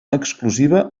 exclusiva